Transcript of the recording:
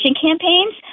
campaigns